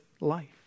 life